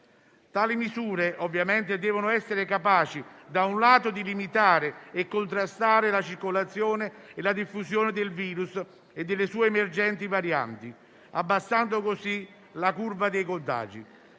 Tali misure ovviamente devono essere capaci - da un lato - di limitare e contrastare la circolazione e la diffusione del virus e delle sue emergenti varianti, abbassando così la curva dei contagi